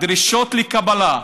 הדרישות לקבלה,